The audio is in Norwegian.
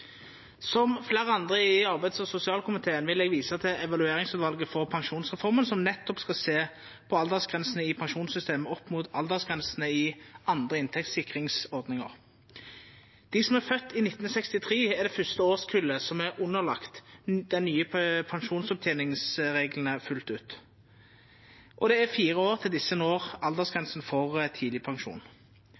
Som fleire andre i arbeids- og sosialkomiteen, vil eg visa til evalueringsutvalet for pensjonsreforma, som nettopp skal sjå på aldersgrensene i pensjonssystemet opp mot aldersgrensene i andre inntektssikringsordningar. Dei som er fødde i 1963 er det første årskullet som ligg under dei nye pensjonsoppteningsreglane fullt ut, og det er fire år til desse når aldersgrensa for